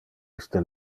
iste